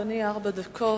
לרשותך, אדוני, ארבע דקות.